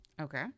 Okay